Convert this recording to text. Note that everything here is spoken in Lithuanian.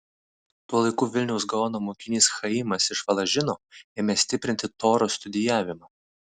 tuo laiku vilniaus gaono mokinys chaimas iš valažino ėmė stiprinti toros studijavimą